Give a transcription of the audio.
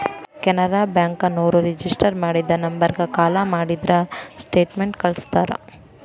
Canara bank ನೋರು register ಮಾಡಿದ ನಂಬರ್ಗ ಕಾಲ ಮಾಡಿದ್ರ ಸ್ಟೇಟ್ಮೆಂಟ್ ಕಳ್ಸ್ತಾರ